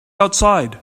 outside